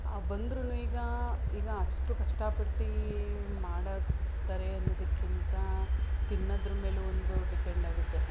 ಬಂದರೂನು ಈಗ ಈಗ ಅಷ್ಟು ಕಷ್ಟ ಪಟ್ಟು ಮಾಡುತ್ತಾರೆ ಅನ್ನೋದಕ್ಕಿಂತ ತಿನ್ನೋದ್ರ ಮೇಲೂ ಒಂದು ಡಿಪೆಂಡಾಗುತ್ತೆ